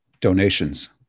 Donations